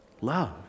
Love